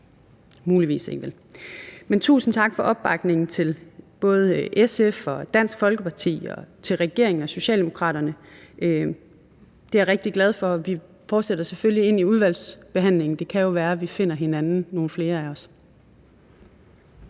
muligvis ikke vil. Men tusind tak for opbakningen til både SF og Dansk Folkeparti og til regeringen og Socialdemokraterne. Det er jeg rigtig glad for. Vi fortsætter selvfølgelig med udvalgsbehandlingen. Det kan jo være, at nogle flere af os